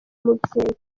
umubyeyi